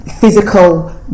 physical